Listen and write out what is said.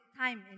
time